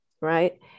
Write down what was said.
right